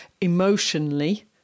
emotionally